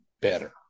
better